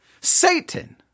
Satan